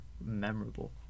memorable